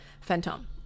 Phantom